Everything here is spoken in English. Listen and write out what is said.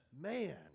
Man